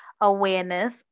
awareness